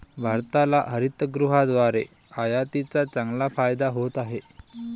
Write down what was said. भारताला हरितगृहाद्वारे आयातीचा चांगला फायदा होत आहे